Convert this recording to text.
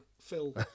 Phil